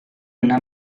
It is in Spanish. una